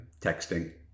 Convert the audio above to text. texting